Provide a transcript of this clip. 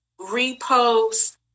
repost